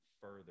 further